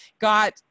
got